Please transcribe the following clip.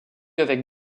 avec